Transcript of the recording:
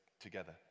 together